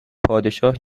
پادشاه